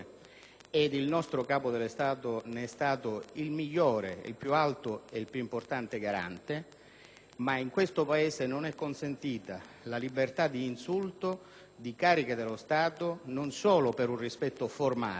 il nostro Capo dello Stato ne é stato il migliore, il più alto e più importante garante - ma in questo Paese non è consentita la libertà di insulto delle cariche dello Stato, non solo per un rispetto formale,